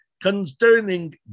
Concerning